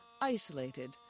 isolated